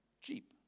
Cheap